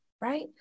right